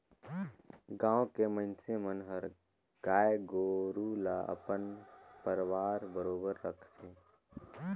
गाँव के मइनसे मन हर गाय गोरु ल अपन परवार बरोबर राखथे